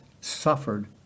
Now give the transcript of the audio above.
suffered